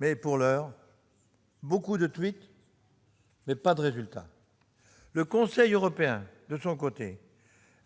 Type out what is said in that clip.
Mais pour l'heure : beaucoup de tweets, pas de résultat ! Le Conseil européen